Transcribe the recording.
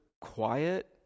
quiet